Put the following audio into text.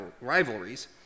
rivalries